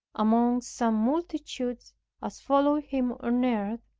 among such multitudes as followed him on earth,